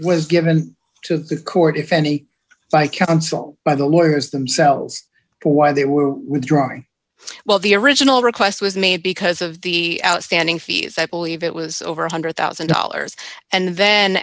was given to the court if any by counsel by the words themselves why they were withdrawing well the original request was made because of the outstanding fees i believe it was over one hundred thousand dollars and then